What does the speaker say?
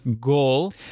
goal